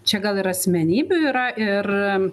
čia gal ir asmenybių yra ir